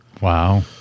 Wow